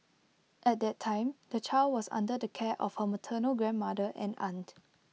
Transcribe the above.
at that time the child was under the care of her maternal grandmother and aunt